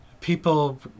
people